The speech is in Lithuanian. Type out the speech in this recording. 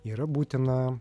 yra būtina